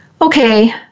Okay